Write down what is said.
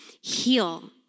heal